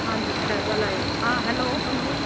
हांजी सर ॻाल्हायो हा हैलो हैलो